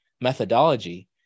methodology